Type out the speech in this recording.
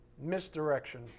Misdirection